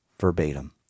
verbatim